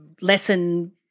lesson